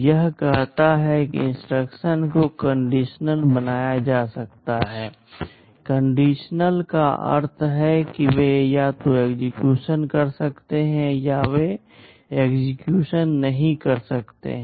यह कहता है कि इंस्ट्रक्शंस को कंडीशनल बनाया जा सकता है कंडीशनल का अर्थ है कि वे या तो एक्सेक्यूशन कर सकते हैं या वे एक्सेक्यूशन नहीं कर सकते हैं